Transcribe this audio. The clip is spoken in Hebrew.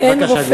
בבקשה, גברתי.